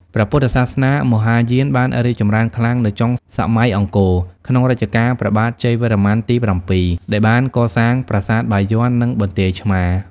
ព្រះពុទ្ធសាសនាមហាយានបានរីកចម្រើនខ្លាំងនៅចុងសម័យអង្គរ ក្នុងរជ្ជកាលព្រះបាទជ័យវរ្ម័នទី៧ ដែលបានកសាងប្រាសាទបាយ័ន និងបន្ទាយឆ្មារ។